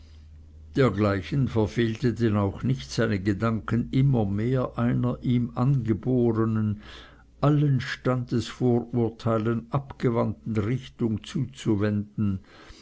dergleichen verfehlte denn auch nicht seine gedanken immer mehr einer ihm angeborenen allen standesvorurteilen abgewandten richtung zuzuwenden